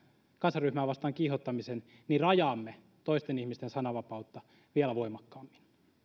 kansanryhmää vastaan kiihottamisen rajaamme toisten ihmisten sananvapautta vielä voimakkaammin